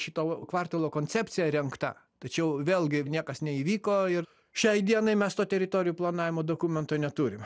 šito kvartalo koncepcija rengta tačiau vėlgi niekas neįvyko ir šiai dienai mes to teritorijų planavimo dokumento neturim